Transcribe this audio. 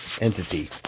entity